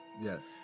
Yes